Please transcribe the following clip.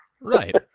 Right